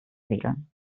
wedeln